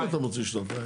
מאיפה אתה מוציא שנתיים?